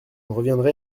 reviendrai